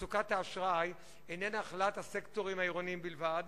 מצוקת האשראי איננה נחלת הסקטורים העירוניים בלבד,